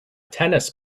tennis